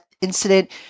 incident